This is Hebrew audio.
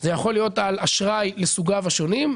זה יכול להיות על אשראי לסוגיו השונים.